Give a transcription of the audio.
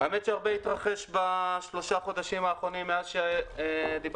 האמת היא שהרבה התרחש בשלושת החודשים האחרונים מאז שדיברנו